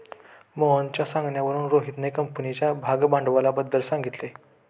मोहनच्या सांगण्यावरून रोहितने कंपनीच्या भागभांडवलाबद्दल सांगितले